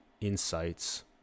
insights